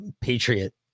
patriot